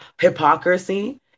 hypocrisy